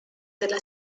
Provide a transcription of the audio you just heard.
della